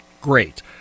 Great